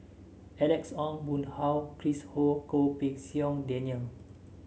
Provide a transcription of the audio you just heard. Alex Ong Boon Hau Chris Ho and Goh Pei Siong Daniel